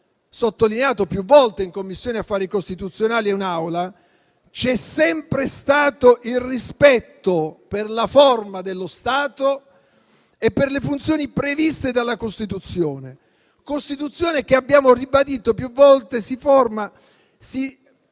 espresso più volte in Commissione affari costituzionali e in Aula - c'è sempre stato il rispetto per la forma dello Stato e per le funzioni previste dalla Costituzione che, come abbiamo ribadito più volte, poggia